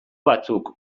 batzuk